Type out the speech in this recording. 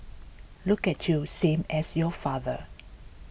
look at you same as your father